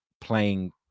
playing